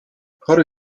chory